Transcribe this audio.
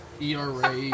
ERA